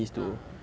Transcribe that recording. ah